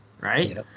right